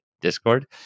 discord